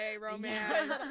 romance